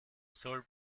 soll